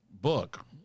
book